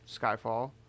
Skyfall